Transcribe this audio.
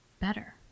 better